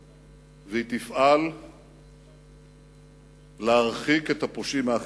בפשיעה והיא תפעל להרחיק את הפושעים מהחברה.